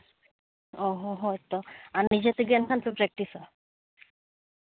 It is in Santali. ᱚᱸᱻ ᱦᱚᱸ ᱦᱚᱭᱛᱚ ᱟᱨ ᱱᱤᱡᱮ ᱛᱮᱜᱮ ᱱᱟᱜ ᱯᱮ ᱯᱮᱠᱴᱤᱥᱚᱜᱼᱟ